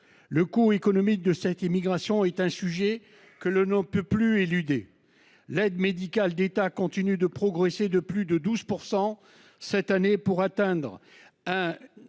le coût économique de cette immigration est un sujet que le nom peut plus éluder l'aide médicale d'État continue de progresser de plus de 12% cette année pour atteindre un